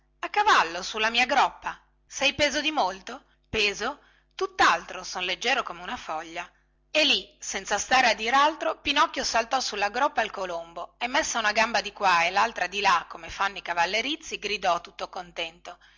a cavallo sulla mia groppa sei peso di molto peso tuttaltro son leggiero come una foglia e lì senza stare a dir altro pinocchio saltò sulla groppa al colombo e messa una gamba di qua e laltra di là come fanno i cavallerizzi gridò tutto contento